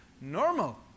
normal